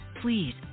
please